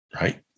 Right